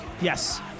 Yes